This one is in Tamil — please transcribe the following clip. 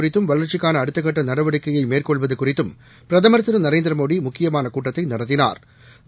குறித்தும் வளர்ச்சிக்கானஅடுத்தக்கட்டநடவடிக்கையைமேற்கொள்வதுகுறித்தும் பிரதமர் திரு நரேந்திரமோடிமுக்கியமானகூட்டத்தைநடத்தினாா்